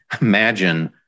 imagine